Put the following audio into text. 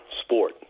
sport